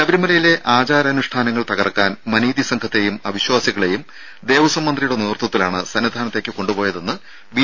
ശബരിമലയിലെ ആചാരാനുഷ്ഠാനങ്ങൾ തകർക്കാൻ മനീതി സംഘത്തെയും അവിശ്വാസികളെയും ദേവസ്വം മന്ത്രിയുടെ നേതൃത്വത്തിലാണ് സന്നിധാനത്തേക്ക് കൊണ്ടുപോയതെന്ന് ബി